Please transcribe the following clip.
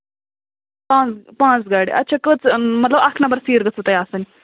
پانٛژھ پانٛژھ گاڈِ اَچھا کٔژ مطلب اکھ نَمبر سیٖر گٔژھوٕ تۄہہِ آسٕنۍ